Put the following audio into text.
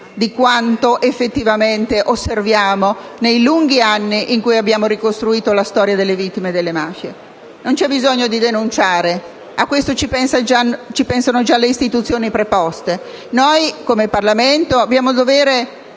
di quanto effettivamente stiamo osservando nei lunghi anni in cui abbiamo ricostruito la storia delle vittime delle mafie. Non c'è bisogno di denunciare: a questo pensano già le istituzioni preposte. Come Parlamento abbiamo il dovere